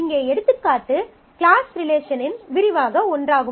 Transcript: இங்கே எடுத்துக்காட்டு கிளாஸ் ரிலேஷனின் விரிவான ஒன்றாகும்